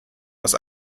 aus